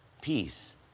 peace